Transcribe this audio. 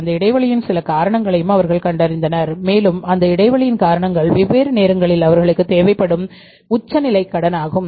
அந்த இடைவெளியின் சில காரணங்களையும் அவர்கள் கண்டறிந்தனர் மேலும் அந்த இடைவெளியின் காரணங்கள் வெவ்வேறு நேரங்களில் அவர்களுக்குத் தேவைப்படும் உச்ச நிலைக் கடன் ஆகும்